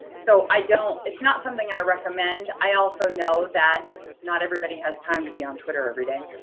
so i don't. it's not something i recommend. i also know that not everybody has time to be on twitter every day.